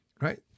Right